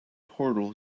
portal